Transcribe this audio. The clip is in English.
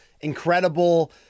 incredible